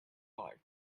like